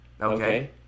okay